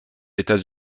états